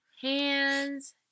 Hands